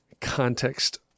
context